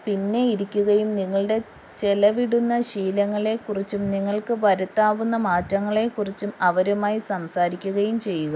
പിന്നെ ഇരിക്കുകയും നിങ്ങളുടെ ചെലവിടുന്ന ശീലങ്ങളെക്കുറിച്ചും നിങ്ങൾക്ക് വരുത്താവുന്ന മാറ്റങ്ങളെക്കുറിച്ചും അവരുമായി സംസാരിക്കുകയും ചെയ്യുക